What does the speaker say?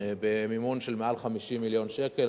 במימון של מעל 50 מיליון שקלים,